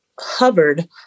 hovered